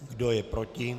Kdo je proti?